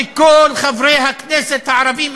וכל חברי הכנסת הערבים,